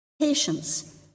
patience